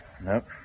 nope